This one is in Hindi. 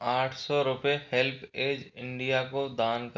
आठ सौ रुपए हेल्पएज इंडिया को दान करें